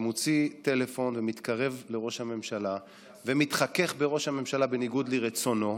ומוציא טלפון ומתקרב לראש הממשלה ומתחכך בראש הממשלה בניגוד לרצונו,